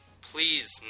Please